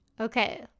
okay